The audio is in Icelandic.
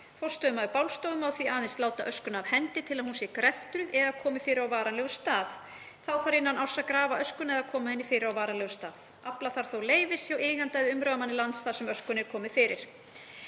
forstöðumaður bálstofu má því aðeins láta öskuna af hendi til að hún sé greftruð eða komið fyrir á varanlegum stað. Þá þarf innan árs að grafa öskuna eða koma henni fyrir á varanlegum stað. Þó þarf að afla leyfis hjá eiganda eða umráðamanni lands þar sem öskunni er komið fyrir.